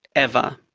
ever.